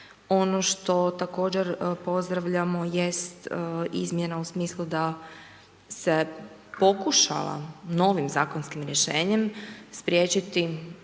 ono što također pozdravljamo jest izmjena u smislu da se pokušava novim zakonskim rješenjem spriječiti